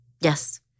Yes